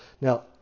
Now